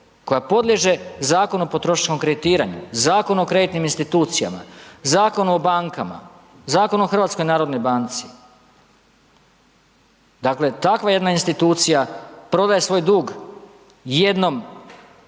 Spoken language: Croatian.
koja podliježe Zakonu o potrošačkom kreditiranju, Zakonu o kreditnim institucijama, Zakonu o bankama, Zakonu o HNB-u, dakle takva jedna institucija prodaje svoj dug jednoj